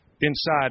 Inside